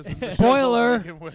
Spoiler